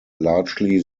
largely